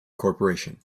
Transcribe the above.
corporation